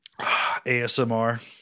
ASMR